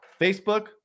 Facebook